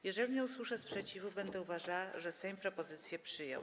Jeżeli nie usłyszę sprzeciwu, będę uważała, że Sejm propozycję przyjął.